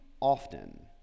often